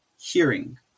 hearing